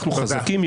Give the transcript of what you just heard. אנחנו חזקים,